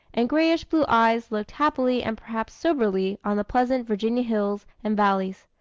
and grayish-blue eyes looked happily and perhaps soberly on the pleasant virginia hills and valleys.